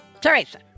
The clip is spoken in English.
Teresa